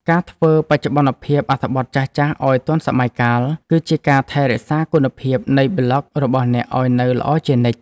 ការធ្វើបច្ចុប្បន្នភាពអត្ថបទចាស់ៗឱ្យទាន់សម័យកាល គឺជាការថែរក្សាគុណភាពនៃប្លក់របស់អ្នកឱ្យនៅល្អជានិច្ច។